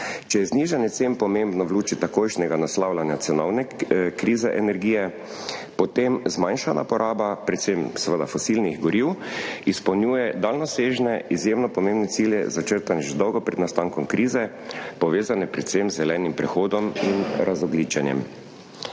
Če je znižanje cen pomembno v luči takojšnjega naslavljanja cenovne krize energije, potem zmanjšana poraba, predvsem seveda fosilnih goriv izpolnjuje daljnosežne, izjemno pomembne cilje, začrtane že dolgo pred nastankom krize, povezane predvsem z zelenim prehodom in razogljičenjem.